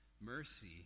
mercy